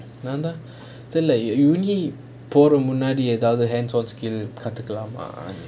நாந்தான் தெரில போற முன்னாடி எதாச்சும்:naanthan terila pora munaadi ethachum hands on skills காதுகளமாடு:kathukalamaadu